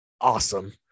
awesome